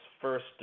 first